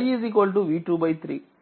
i V2 3